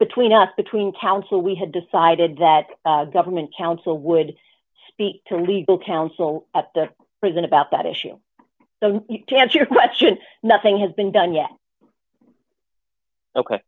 between us between counsel we had decided that government counsel would speak to legal counsel at the prison about that issue to answer your question nothing has been done yet ok